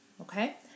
okay